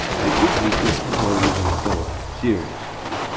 i think he took oriental thought seriously,